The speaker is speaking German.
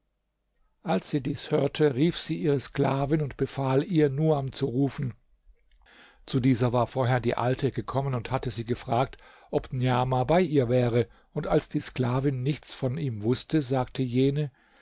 als sie dies hörte rief sie ihre sklavin und befahl ihr nuam zu rufen zu dieser war vorher die alte gekommen und hatte sie gefragt ob niamah bei ihr wäre und als die sklavin nichts von ihm wußte sagte jene